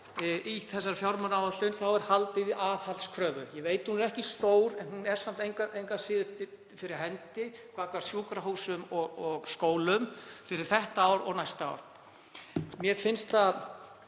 í þessari fjármálaáætlun er haldið í aðhaldskröfu. Ég veit að hún er ekki stór en hún er samt engu að síður fyrir hendi gagnvart sjúkrahúsum og skólum fyrir þetta ár og næsta. Mér finnst